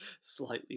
Slightly